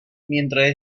mientras